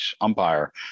umpire